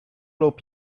lub